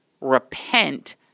Repent